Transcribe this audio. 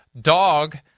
dog